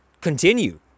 continue